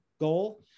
goal